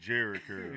Jericho